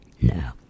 No